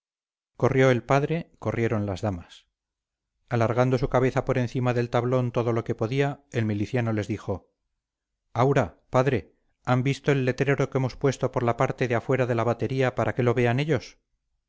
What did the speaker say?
corrió el padre corrieron las damas alargando su cabeza por encima del tablón todo lo que podía el miliciano les dijo aura padre han visto el letrero que hemos puesto por la parte de afuera de la batería para que lo vean ellos